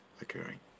occurring